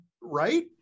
Right